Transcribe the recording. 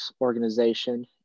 organization